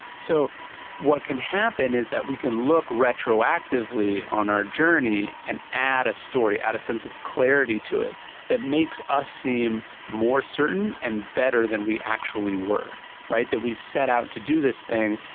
so what can happen is that we can look retroactively on our journey and add a story, add a sense of clarity to it that makes us seem more certain and better than we actually were, that we set out to do this thing.